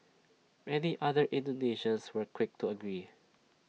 many other Indonesians were quick to agree